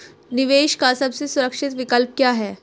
निवेश का सबसे सुरक्षित विकल्प क्या है?